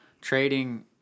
trading